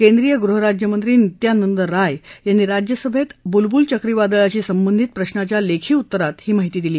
केंद्रीय गृहराज्यमंत्री नित्यानंद राय यांनी राज्यसभेत बुलबुल चक्रीवादळाशी संबंधित प्रशाच्या लेखी उत्तरात ही माहिती दिली